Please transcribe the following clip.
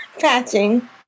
patching